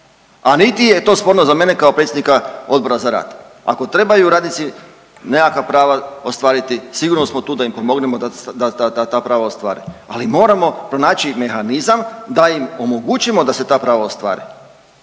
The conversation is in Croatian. A niti je to sporno za mene kao predsjednika Odbora za rad. Ako trebaju radnici nekakva prava ostvariti, sigurno smo tu da im pomognemo, da ta prava ostvare. Ali moramo pronaći mehanizam da im omogućimo da se ta prava ostvare.